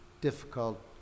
difficult